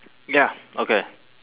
ya okay